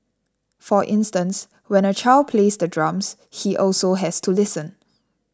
for instance when a child plays the drums he also has to listen